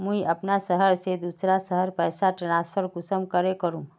मुई अपना शहर से दूसरा शहर पैसा ट्रांसफर कुंसम करे करूम?